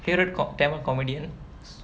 favourite com~ tamil comedian